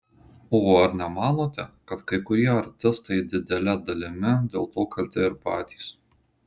o ar nemanote kad kai kurie artistai didele dalimi dėl to kalti ir patys